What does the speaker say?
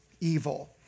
evil